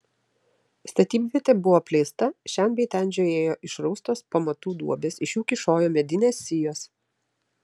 statybvietė buvo apleista šen bei ten žiojėjo išraustos pamatų duobės iš jų kyšojo medinės sijos